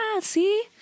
see